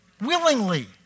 Willingly